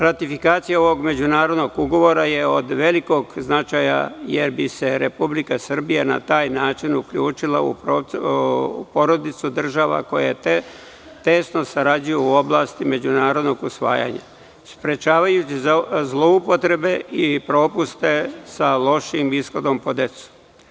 Ratifikacija ovog međunarodnog ugovora je od velikog značaja, jer bi se Republika Srbija na taj način uključila u porodicu država koje tesno sarađuju u oblasti međunarodnog usvajanja, sprečavajući zloupotrebe i propuste sa lošim ishodom po decu.